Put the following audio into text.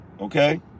Okay